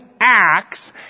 acts